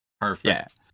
Perfect